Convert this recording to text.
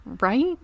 right